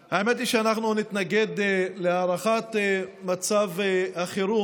האמת היא שאנחנו נתנגד להארכת מצב החירום